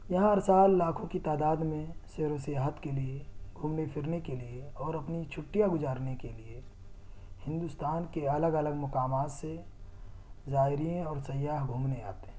یہاں ہر سال لاکھوں کی تعداد میں سیر و سیاحت کے لیے گھومنے پھرنے کے لیے اور اپنی چھٹیاں گزارنے کے لیے ہندوستان کے الگ الگ مقامات سے زائرین اور سیاح گھومنے آتے ہیں